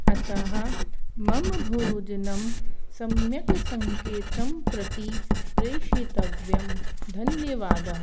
अतः मम भोजनं सम्यक् सङ्केतं प्रति प्रेषितव्यं धन्यवादः